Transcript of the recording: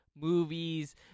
Movies